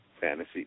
fantasy